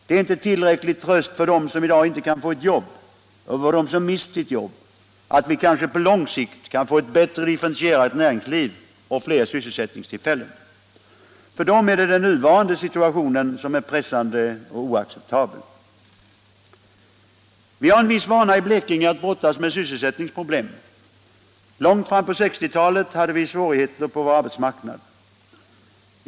Det är inte tillräcklig tröst för dem som i dag inte kan få ett jobb och för dem som mist sitt jobb att vi kanske på lång sikt kan få ett bättre differentierat näringsliv och fler sysselsättningstillfällen. För dem är det den nuvarande situationen som är pressande och oacceptabel. Vi har en viss vana i Blekinge att brottas med sysselsättningsproblem. Långt fram på 1960-talet hade vi stora svårigheter på vår arbetsmarknad.